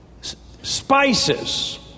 spices